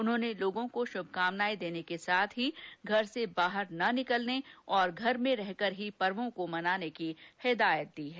उन्होंने लोगों को शुभकामनाएं देने के साथ ही घर से बाहर न निकलने और घर में रहकर ही पर्वों को मनाने की हिदायत दी है